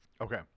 okay